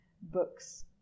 books